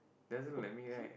doesn't look like me right